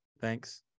Thanks